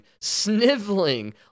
sniveling